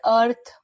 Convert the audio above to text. Earth